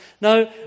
No